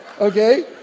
Okay